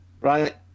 Right